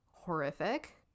horrific